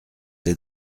des